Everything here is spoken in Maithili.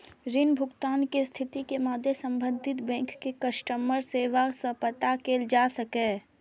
ऋण भुगतान के स्थिति के मादे संबंधित बैंक के कस्टमर सेवा सं पता कैल जा सकैए